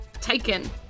Taken